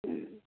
हूँ